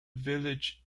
village